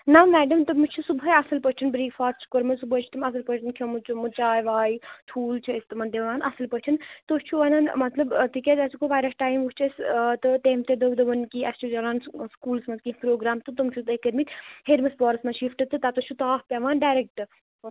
نا میڈم تٔمس سُہ صبحٲے اصل پٲٹھۍ برٛیکفاسٹ کوٚرمُت صبحٲے چھُ تٔمۍ اصل پٲٹھۍ کھیٚومُت چومُت چاے واے ٹھوٗل چھِ أسۍ تِمن دوان اصل پٲٹھۍ تُہۍ چھو وَنان مطلب تہِ کیازِ اَسہِ گوٚو واریاہ ٹایمطتیمعظ وٕچھۍ اَسہِ تہٕ تٔمۍ تہِ دوٚپ دوٚپُن کہِ اَسہِ چھِ چلان سکوٗلس منز کینہہ پروگرام تہٕ تم چھو تۄہہِ کٔرۍ مٕتۍ ہیرمِس پوہرَس منز شِفٹ تہٕ تَتٮ۪س چھُ تاپھ پیوان ڈاریکٹ